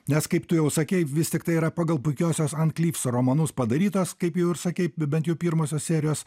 nes kaip tu jau sakei vis tiktai yra pagal puikiosios an klyfso romanus padarytas kaip jau ir sakei bent jau pirmosios serijos